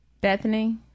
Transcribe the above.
Bethany